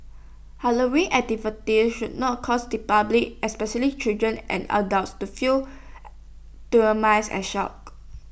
Halloween activities should not cause the public especially children and adults to feel and shocked